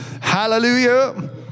hallelujah